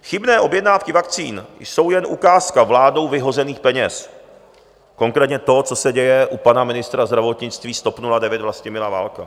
Chybné objednávky vakcín jsou jen ukázka vládou vyhozených peněz, konkrétně toho, co se děje u pana ministra zdravotnictví z TOP 09 Vlastimila Válka.